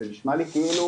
זה נשמע לי כאילו